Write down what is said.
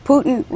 Putin